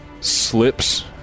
Slips